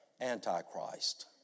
Antichrist